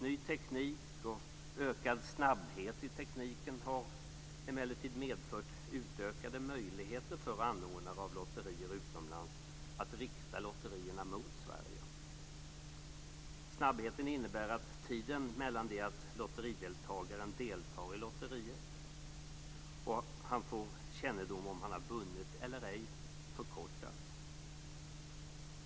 Ny teknik och ökad snabbhet i tekniken har emellertid medfört utökade möjligheter för anordnare av lotterier utomlands att rikta lotterier mot Sverige. Snabbheten innebär att tiden förkortas mellan det att lotterideltagaren deltar i lotteriet och han får kännedom om han har vunnit eller ej.